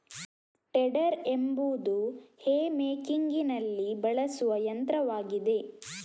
tedder ಎಂಬುದು hay ಮೇಕಿಂಗಿನಲ್ಲಿ ಬಳಸುವ ಯಂತ್ರವಾಗಿದೆ